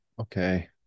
Okay